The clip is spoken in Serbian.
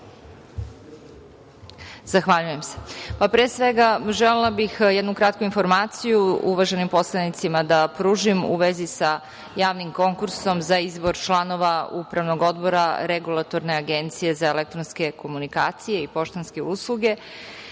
Zahvaljujem se. Pre svega, želela bih jednu kratku informaciju uvaženim poslanicima da pružim u vezi sa javnim konkursom za izbor članova Upravnog odbora Regulatorne agencije za elektronske komunikacije i poštanske usluge. Narodna